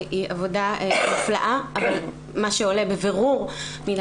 זאת עבודה נפלאה אבל מה שעולה בבירור מן